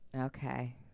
okay